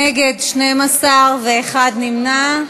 נגד, 12, ואחד נמנע.